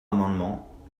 amendement